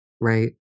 right